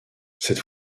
cette